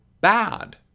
bad